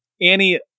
annie